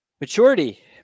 maturity